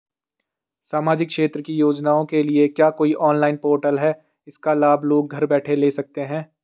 सामाजिक क्षेत्र की योजनाओं के लिए क्या कोई ऑनलाइन पोर्टल है इसका लाभ लोग घर बैठे ले सकते हैं?